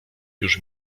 już